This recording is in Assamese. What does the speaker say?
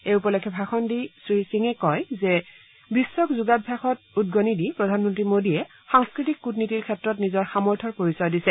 এই উপলক্ষে ভাষণ দি শ্ৰীসিঙে কয় যে বিশ্বত যোগাভ্যাসত উদ্গণি দি প্ৰধানমন্ত্ৰী মোডীয়ে সাংস্থতিক কুটনীতিৰ ক্ষেত্ৰত নিজৰ সামৰ্থ্যৰ পৰিচয় দিছে